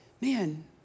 man